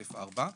א/4,